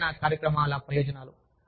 సంరక్షణ కార్యక్రమాల ప్రయోజనాలు